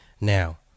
now